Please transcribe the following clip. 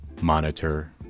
monitor